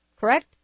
Correct